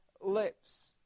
lips